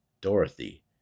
Dorothy